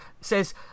says